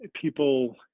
people